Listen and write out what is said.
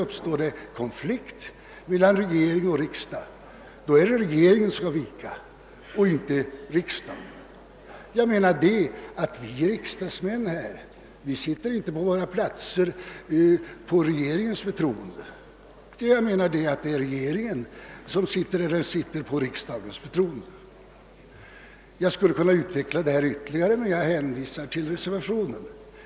Uppstår det en konflikt mellan regering och riksdag är det regeringen som skall vika och inte riksdagen. Vi riksdagsmän sitter inte på våra plaiser på regeringens förtroende, utan det är regeringen som sitter där den sitter på riksdagens förtroende. Jag skulle kunna utveckla detta ytterligare, men jag hänvisar till reservationen.